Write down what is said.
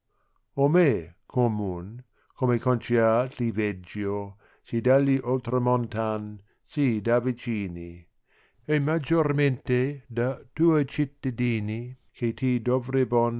me comun come conciar ti veggio si dagli oltramontan si da vicini e maggiormente da tuo cittadini che ti dovrebbon